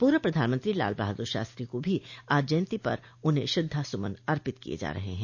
पूर्व प्रधानमंत्री लाल बहादुर शास्त्री को भी आज जयन्ती पर उन्हें श्रद्धा सुमन अर्पित किये जा रहे हैं